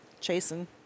chasing